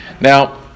Now